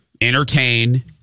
entertain